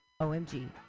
omg